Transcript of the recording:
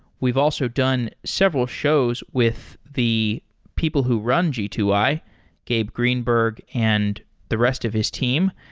we've also done several shows with the people who run g two i, gabe greenberg, and the rest of his team.